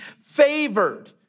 favored